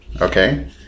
okay